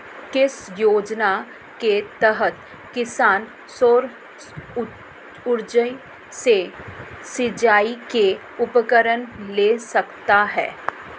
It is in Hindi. किस योजना के तहत किसान सौर ऊर्जा से सिंचाई के उपकरण ले सकता है?